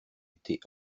été